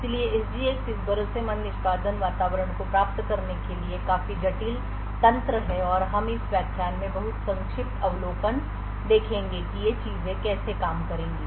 इसलिए SGX इस भरोसेमंद निष्पादन वातावरण को प्राप्त करने के लिए काफी जटिल तंत्र है और हम इस व्याख्यान में बहुत संक्षिप्त अवलोकन देखेंगे कि ये चीजें कैसे काम करेंगी